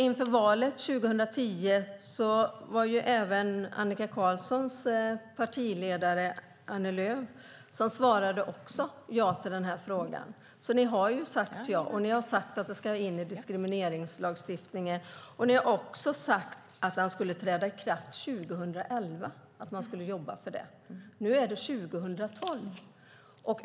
Inför valet 2010 svarade också Annika Qarlssons partiledare Annie Lööf ja på den här frågan. Ni har sagt ja, och ni har sagt att det ska in i diskrimineringslagstiftningen. Ni har också sagt att ni ska jobba för att den ska träda i kraft 2011. Nu är det 2012.